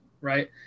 right